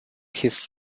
his